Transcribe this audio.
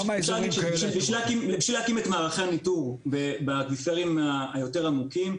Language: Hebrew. בשביל להקים את מערכי הניטור באקוויפרים היותר עמוקים,